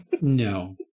No